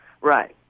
Right